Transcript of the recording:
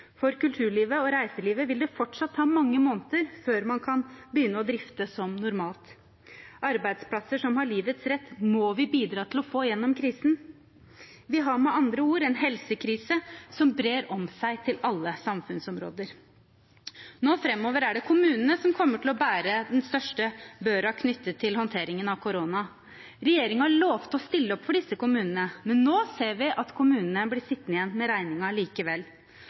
For kulturlivet og reiselivet vil det fortsatt ta mange måneder før man kan begynne å drifte som normalt. Arbeidsplasser som har livets rett, må vi bidra til å få gjennom krisen. Vi har med andre ord en helsekrise som brer seg til alle samfunnsområder. Nå framover er det kommunene som kommer til å bære den største børa knyttet til håndteringen av korona. Regjeringen lovte å stille opp for disse kommunene, men nå ser vi at kommunene blir sittende igjen med regningen likevel.